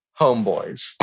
homeboys